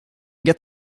get